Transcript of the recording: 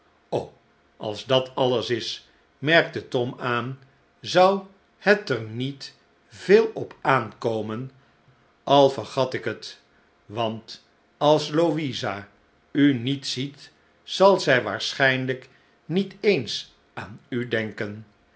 als dat alles is merkte tom aan zou het er niet veel op aan komen al vergat ik het want als louisa u niet ziet zal zij waarschtjnlijk niet eens aan u denken